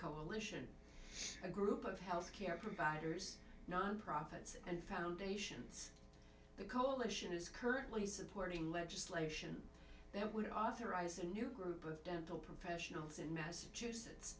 coalition a group of health care providers non profits and foundations the coalition is currently supporting legislation that would authorize a new group of dental professionals in massachusetts